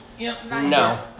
No